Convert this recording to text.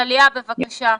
טליה, בבקשה.